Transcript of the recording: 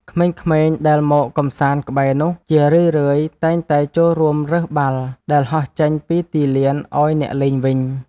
ក្មេងៗដែលមកកម្សាន្តក្បែរនោះ ជារឿយៗតែងតែចូលរួមរើសបាល់ដែលហោះចេញពីទីលានឱ្យអ្នកលេងវិញ។